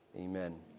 Amen